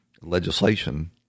legislation